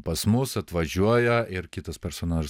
pas mus atvažiuoja ir kitas personažas